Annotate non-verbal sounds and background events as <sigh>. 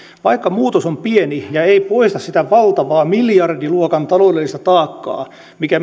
vaikka muutos on pieni ja ei poista sitä valtavaa miljardiluokan taloudellista taakkaa mikä <unintelligible>